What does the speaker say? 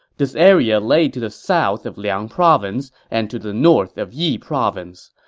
this area lay to the south of liang province and to the north of yi province.